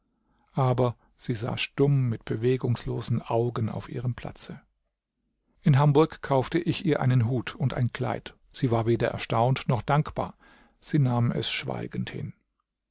aber sie saß stumm mit bewegungslosen augen auf ihrem platze in hamburg kaufte ich ihr einen hut und ein kleid sie war weder erstaunt noch dankbar sie nahm es schweigend hin